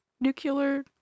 nuclear